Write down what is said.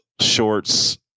shorts